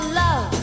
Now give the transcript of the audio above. love